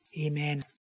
Amen